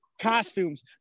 costumes